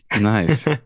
Nice